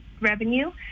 revenue